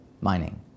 mining